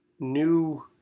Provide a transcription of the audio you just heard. new